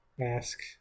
ask